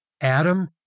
Adam